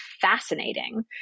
fascinating